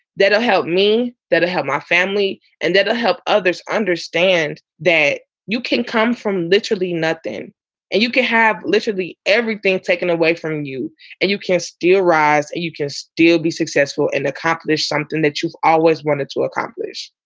that will help me to help my family and that will ah help others understand that you can come from literally nothing and you can have literally everything taken away from you and you can still rise. you can still be successful and accomplish something that you've always wanted to accomplish.